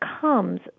comes